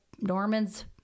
Norman's